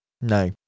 No